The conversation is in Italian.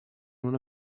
una